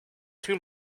too